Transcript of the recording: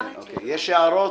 יש הערות?